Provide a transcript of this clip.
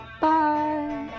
Bye